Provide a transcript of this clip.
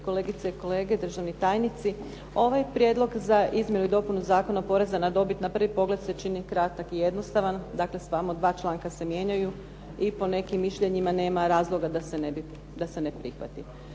kolegice i kolege, državni tajnici. Ovaj Prijedlog za izmjenu i dopunu Zakona o porezu na dobit na prvi pogled se čini kratak i jednostavan, dakle, samo dva članka se mijenjaju i po nekim mišljenjima nema razloga da se ne prihvati.